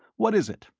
what is it?